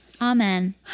amen